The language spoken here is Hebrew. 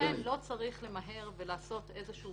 -- ולכן לא צריך למהר ולעשות איזשהו